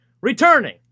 Returning